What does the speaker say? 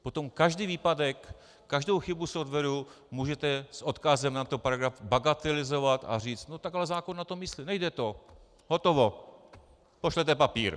Potom každý výpadek, každou chybu softwaru můžete s odkazem na tento paragraf bagatelizovat a říct no tak ale zákon na to myslí, nejde to, hotovo, pošlete papír.